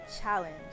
challenge